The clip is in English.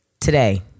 Today